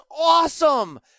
awesome